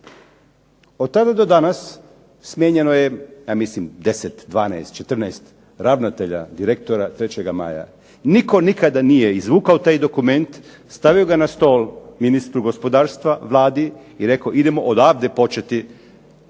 Od tada do danas smijenjeno je ja mislim 10, 12, 14 ravnatelja, direktora 3. maja. Nitko nikada nije izvukao taj dokument, stavio ga na stol ministru gospodarstva, Vladi i rekao idemo odavde početi,